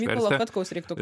mykolo katkaus reiktų